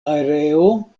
areo